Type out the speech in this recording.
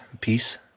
peace